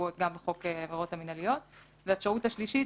שקבועות גם בחוק העבירות המינהליות; והאפשרות השלישית